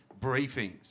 briefings